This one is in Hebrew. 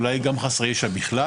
אולי גם חסרי ישע בכלל,